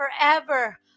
forever